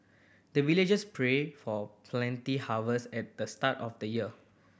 the villagers pray for plenty harvest at the start of the year